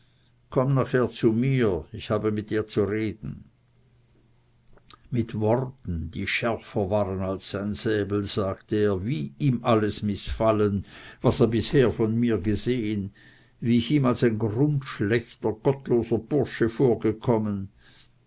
komm nachher zu mir ich habe mit dir zu reden mit worten die schärfer waren als sein säbel sagte er wie ihm alles mißfallen was er bisher von mir gesehen wie ich ihm als ein grundschlechter gottloser bursche vorgekommen